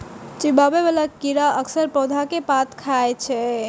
चिबाबै बला कीड़ा अक्सर पौधा के पात कें खाय छै